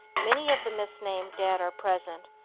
many of the misnamed dead are present,